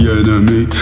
enemy